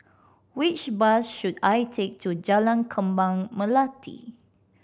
which bus should I take to Jalan Kembang Melati